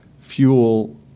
fuel